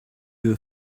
your